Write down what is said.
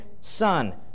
son